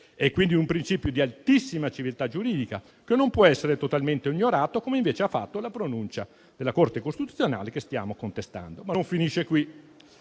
quindi, di un principio di altissima civiltà giuridica che non può essere totalmente ignorato, come invece ha fatto la pronuncia della Corte costituzionale che stiamo contestando. Ma non finisce qui.